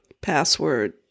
password